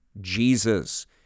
Jesus